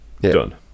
done